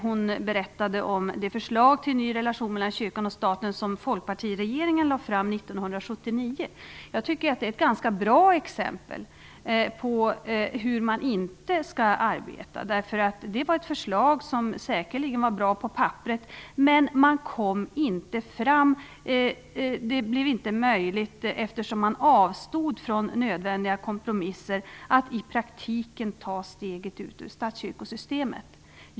Hon berättade om det förslag till ny relation mellan kyrkan och staten som Folkpartiregeringen lade fram 1979. Jag tycker att det är ett ganska bra exempel på hur man inte skall arbeta. Det förslaget var säkerligen bra på papperet, men eftersom man avstod från nödvändiga kompromisser var det inte möjligt att i praktiken ta steget ut ur statskyrkosystemet.